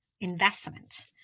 investment